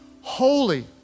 holy